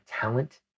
talent